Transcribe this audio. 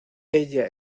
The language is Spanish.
ella